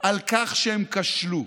על כך שהם כשלו.